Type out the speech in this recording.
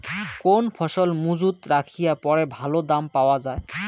কোন ফসল মুজুত রাখিয়া পরে ভালো দাম পাওয়া যায়?